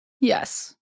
Yes